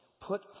Put